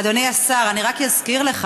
אדוני השר, אני רק אזכיר לך